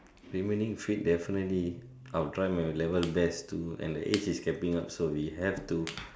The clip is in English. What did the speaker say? remaining fit definitely I'll try my very best to and the age is catching up so we have to